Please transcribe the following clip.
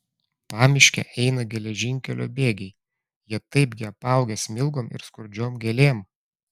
pamiške eina geležinkelio bėgiai jie taipgi apaugę smilgom ir skurdžiom gėlėm